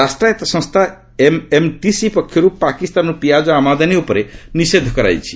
ରାଷ୍ଟ୍ରାୟତ୍ତ ସଂସ୍ଥା ଏମ୍ଏମ୍ଟିସି ପକ୍ଷରୁ ପାକିସ୍ତାନରୁ ପିଆଜ ଆମଦାନୀ ଉପରେ ନିଷେଧ କରାଯାଇଛି